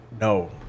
no